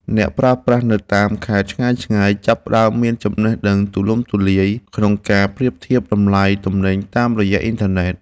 អ្នកប្រើប្រាស់នៅតាមខេត្តឆ្ងាយៗចាប់ផ្តើមមានចំណេះដឹងទូលំទូលាយក្នុងការប្រៀបធៀបតម្លៃទំនិញតាមរយៈអ៊ីនធឺណិត។